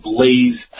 Blaze